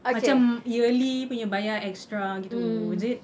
macam yearly punya bayar extra gitu is it